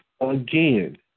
again